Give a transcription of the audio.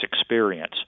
experience